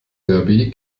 derby